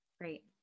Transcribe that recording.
Great